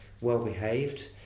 well-behaved